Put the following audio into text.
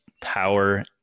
power